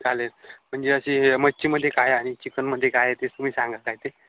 चालेल म्हणजे अशी मच्छीमध्ये काय आणि चिकनमध्ये काय आहे ते तुम्ही सांगा काय ते